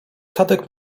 tadek